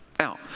Now